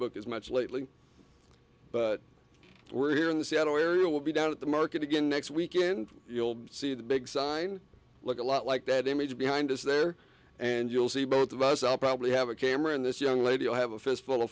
book as much lately but we're here in the seattle area will be down at the market again next weekend you'll see the big sign look a lot like that image behind us there and you'll see both of us i'll probably have a camera on this young lady i have a fi